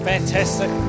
Fantastic